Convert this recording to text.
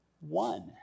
one